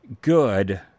good